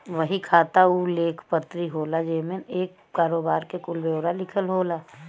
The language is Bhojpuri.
बही खाता उ लेख पत्री होला जेमन एक करोबार के कुल ब्योरा लिखल होला